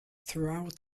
throughout